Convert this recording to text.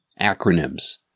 acronyms